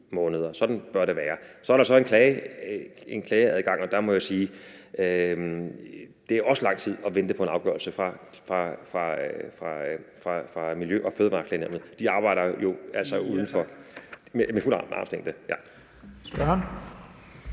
Sådan bør det være. Så er der så en klageadgang, og der må jeg sige, at det også er lang tid at vente på en afgørelse fra Miljø- og Fødevareklagenævnet. De arbejder jo altså med fuld armslængde.